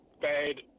bad